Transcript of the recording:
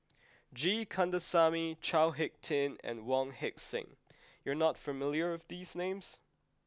G Kandasamy Chao Hick Tin and Wong Heck Sing you are not familiar with these names